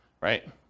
right